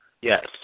Yes